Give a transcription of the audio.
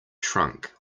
trunk